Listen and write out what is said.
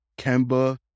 Kemba